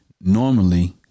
Normally